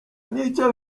n’icyo